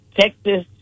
Texas